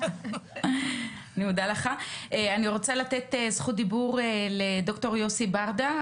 אני רוצה לתת זכות דיבור לד"ר יוסי ברדא,